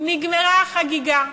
נגמרה החגיגה.